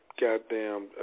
goddamn